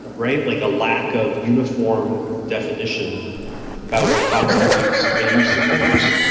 right. like a lack of uniform definition about what constitutes a use of force.